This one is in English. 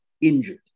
injured